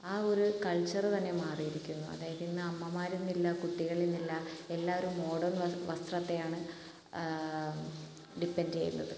ആ ഒരു കൾച്ചറ് തന്നെ മാറിയിരിക്കുന്നു അതായത് ഇന്ന് അമ്മമാരെന്നില്ല കുട്ടികളെന്നില്ല എല്ലാവരും മോഡേൺ വസ്ത്രത്തെയാണ് ഡിപെൻഡ് ചെയ്യുന്നത്